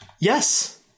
Yes